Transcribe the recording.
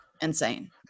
insane